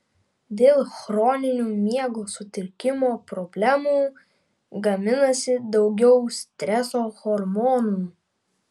dėl chroninių miego sutrikimo problemų gaminasi daugiau streso hormonų